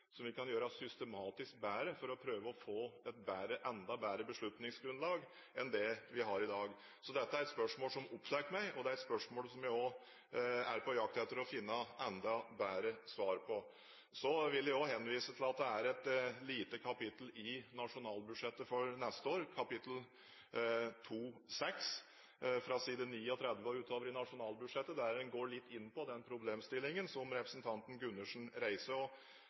vi kan gjøre systematisk bedre for å få et enda bedre beslutningsgrunnlag enn det vi har i dag. Så dette er et spørsmål som opptar meg, og det er også et spørsmål som jeg er på jakt etter å finne enda bedre svar på. Jeg vil også henvise til at det er et lite kapittel i nasjonalbudsjettet for neste år, kapittel 2.6, fra side 39 og utover, der en går litt inn på den problemstillingen som representanten Gundersen reiser. Jeg synes det er en fin debatt, for det er viktig både for posisjon og